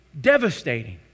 Devastating